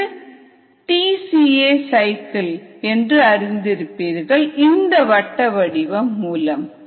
இது D C A சுழற்சி என்று அறிந்திருப்பீர்கள் இந்த வட்ட வடிவம் மூலம்